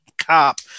cop